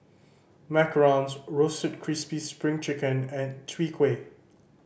Macarons Roasted Crispy Spring Chicken and Chwee Kueh